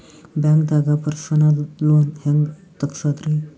ಬ್ಯಾಂಕ್ದಾಗ personal loan ಹೆಂಗ್ ತಗ್ಸದ್ರಿ?